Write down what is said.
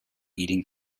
eating